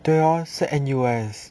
对哦是 N_U_S